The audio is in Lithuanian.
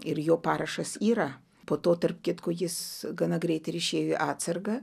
ir jo parašas yra po to tarp kitko jis gana greit ir išėjo į atsargą